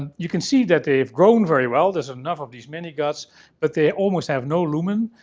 and you can see that they've grown very well there's enough of these mini-guts but they almost have no lumen.